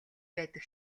байдаг